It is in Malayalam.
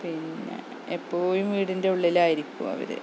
പിന്നെ എപ്പോഴും വീടിൻ്റെ ഉള്ളിലായിരിക്കും അവർ